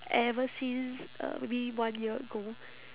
ever since uh maybe one year ago